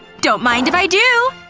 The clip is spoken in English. don't mind if i do!